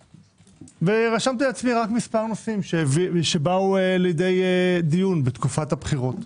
רשמתי לעצמי מספר נושאים שבאו לידי דיון בתקופת הבחירות.